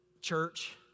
church